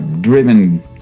driven